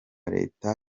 leta